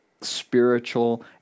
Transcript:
spiritual